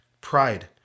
pride